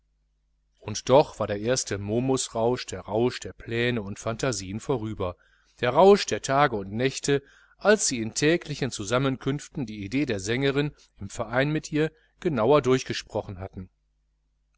und doch war der erste momus rausch der rausch der pläne und phantasieen vorüber der rausch der tage und nächte als sie in täglichen zusammenkünften die idee der sängerin im verein mit ihr genauer durchgesprochen hatten